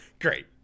Great